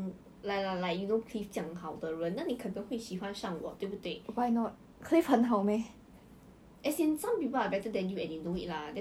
but then your friends all that also never say what your friends all say what you cute and all that what no